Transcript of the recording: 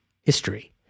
history